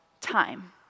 time